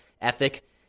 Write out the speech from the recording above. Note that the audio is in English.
ethic